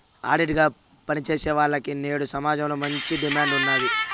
auditor గా పని చేసేవాల్లకి నేడు సమాజంలో మంచి డిమాండ్ ఉన్నాది